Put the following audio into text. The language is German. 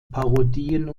parodien